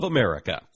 America